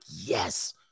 yes